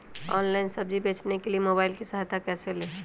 Online सब्जी बेचने के लिए मोबाईल की सहायता कैसे ले?